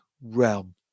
realm